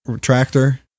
tractor